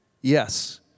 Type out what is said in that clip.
Yes